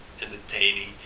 entertaining